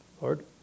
Lord